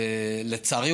לצערי,